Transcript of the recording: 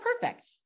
perfect